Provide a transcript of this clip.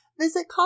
Visit